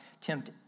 tempt